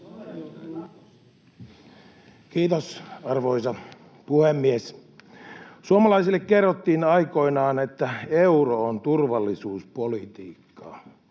Kiitos, arvoisa puhemies! Suomalaisille kerrottiin aikoinaan, että euro on turvallisuuspolitiikkaa.